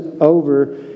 over